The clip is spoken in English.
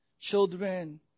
children